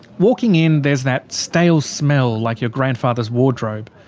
walking in, there's that stale smell like your grandfather's wardrobe.